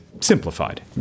Simplified